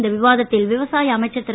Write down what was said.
இந்த விவாதத்தில் விவசாய அமைச்சர் திரு